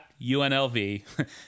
unlv